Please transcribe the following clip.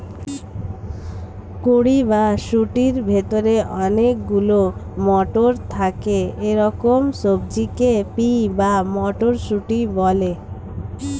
কুঁড়ি বা শুঁটির ভেতরে অনেক গুলো মটর থাকে এরকম সবজিকে পি বা মটরশুঁটি বলে